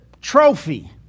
trophy